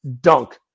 dunk